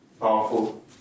powerful